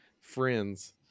friends